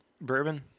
bourbon